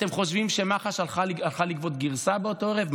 אתם חושבים שמח"ש הלכה לגבות גרסה באותו ערב?